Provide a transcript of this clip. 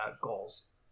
goals